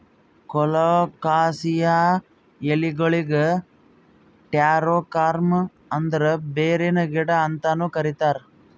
colocasia ಎಲಿಗೊಳಿಗ್ taro corm ಅಂದುರ್ ಬೇರಿನ ಗಿಡ ಅಂತನು ಕರಿತಾರ್